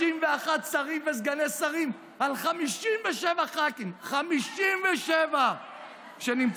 31 שרים וסגני שרים על 57 ח"כים, 57 שנמצאים.